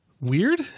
weird